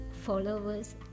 followers